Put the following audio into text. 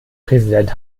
präsident